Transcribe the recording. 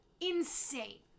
Insane